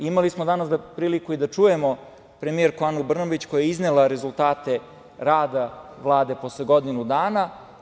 Imali smo danas priliku i da čujemo premijerku Anu Brnabić koja je iznela rezultate rada Vlade posle godinu dana.